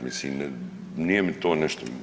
Mislim nije mi to nešto.